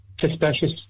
suspicious